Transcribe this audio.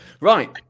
Right